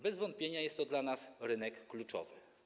Bez wątpienia jest to dla nas rynek kluczowy.